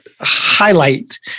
highlight